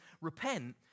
repent